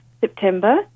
September